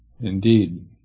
indeed